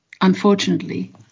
unfortunately